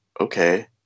okay